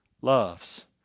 loves